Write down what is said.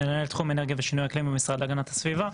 מנהל תחום אנרגיה ושינוי אקלים במשרד להגנת הסביבה.